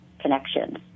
connections